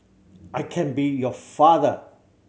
I can be your father